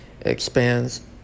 expands